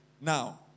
Now